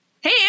hey